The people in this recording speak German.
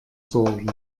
sorgen